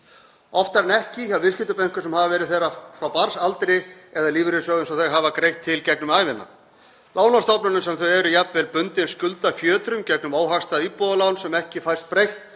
oftar en ekki hjá viðskiptabönkum sem hafa verið þeirra frá barnsaldri eða lífeyrissjóðum sem þau hafa greitt til gegnum ævina, lánastofnunum sem þau eru jafnvel bundin skuldafjötrum gegnum óhagstæð íbúðalán sem ekki fæst breytt